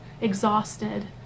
exhausted